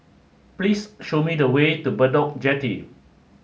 please show me the way to Bedok Jetty